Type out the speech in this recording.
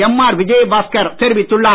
MR Vijayabaskar தெரிவித்துள்ளார்